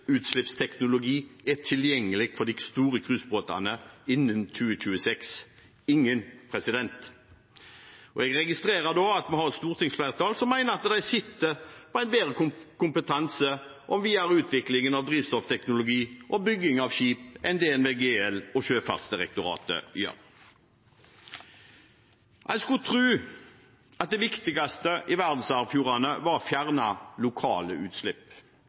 er tilgjengelig for de store cruisebåtene innen 2026 – ingen! Jeg registrerer at vi har et stortingsflertall som mener at de sitter på bedre kompetanse om videre utvikling av drivstoffteknologi og bygging av skip enn det DNV GL og Sjøfartsdirektoratet gjør. En skulle tro at det viktigste i verdensarvfjordene var å fjerne lokale utslipp,